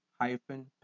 hyphen